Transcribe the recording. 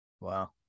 wow